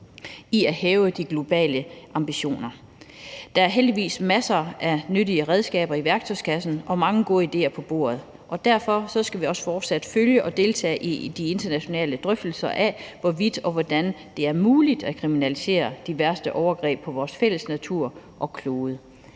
i at hæve de globale ambitioner. Der er heldigvis masser af nyttige redskaber i værktøjskassen og mange gode idéer på bordet, og derfor skal vi også fortsat følge og deltage i de internationale drøftelser af, hvorvidt og hvordan det er muligt at kriminalisere de værste overgreb på vores fælles natur og klode.